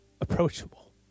approachable